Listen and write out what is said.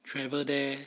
travel there